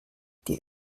die